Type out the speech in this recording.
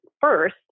first